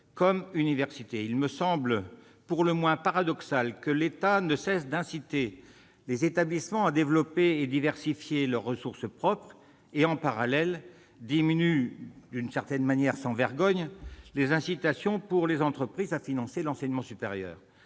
comme des universités. Il me semble pour le moins paradoxal que l'État ne cesse d'inciter les établissements à développer et à diversifier leurs ressources propres et que, en parallèle, il diminue sans vergogne les dispositifs encourageant les entreprises à financer l'enseignement supérieur.